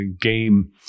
game